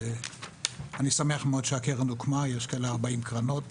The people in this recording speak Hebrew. אני שמח מאוד שהקרן הוקמה, יש 40 קרנות.